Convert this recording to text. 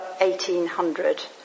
1,800